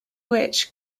which